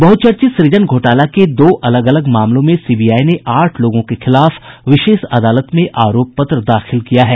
बहुचर्चित सुजन घोटाला के दो अलग अलग मामलों में सीबीआई ने आठ लोगों के खिलाफ विशेष अदालत में आरोप पत्र दाखिल किया है